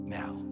now